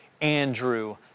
Andrew